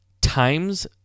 times